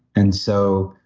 and so,